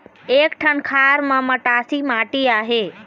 एक ठन खार म मटासी माटी आहे?